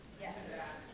Yes